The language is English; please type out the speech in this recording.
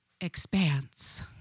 expanse